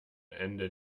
ende